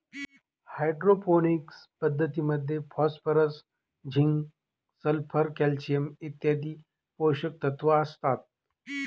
hydroponics पद्धतीमध्ये phosphorus, zinc, sulphur, calcium इत्यादी पोषकतत्व असतात